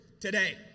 today